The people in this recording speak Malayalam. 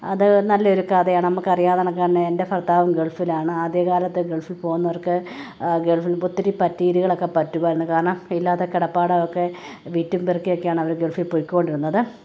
അത് നല്ലൊരു കഥയാണ് നമ്മള്ക്ക് അറിയാകണക്ക് തന്നെ എൻ്റെ ഭർത്താവും ഗൾഫിലാണ് ആദ്യകാലത്ത് ഗൾഫിൽ പോകുന്നവർക്ക് ഗൾഫിൽ ഇപ്പോള് ഒത്തിരി പറ്റീരികളൊക്കെ പറ്റുമായിരുന്നു കാരണം ഇല്ലാത്ത കിടപ്പാടമൊക്കെ വിറ്റും പെറുക്കിയൊക്കെയാണ് അവര് ഗൾഫില് പൊയ്ക്കൊണ്ടിരുന്നത്